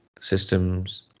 systems